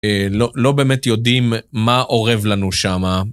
לא באמת יודעים מה אורב לנו שם.